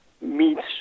meets